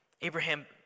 Abraham